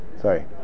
Sorry